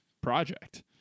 project